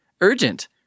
Urgent